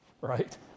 right